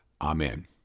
Amen